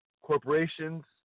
Corporations